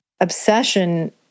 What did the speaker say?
obsession